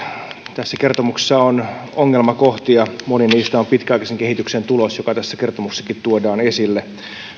tässä kertomuksessa on ongelmakohtia moni niistä on pitkäaikaisen kehityksen tulos mikä tässä kertomuksessakin tuodaan esille